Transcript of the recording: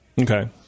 Okay